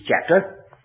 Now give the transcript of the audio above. chapter